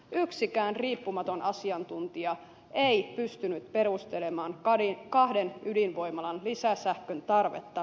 yksikään riippumaton asiantuntija ei pystynyt perustelemaan kahden ydinvoimalan lisäsähkön tarvetta